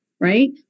Right